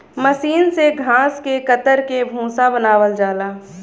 मसीन से घास के कतर के भूसा बनावल जाला